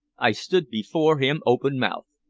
i stood before him open-mouthed.